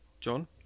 John